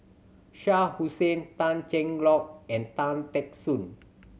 Shah Hussain Tan Cheng Lock and Tan Teck Soon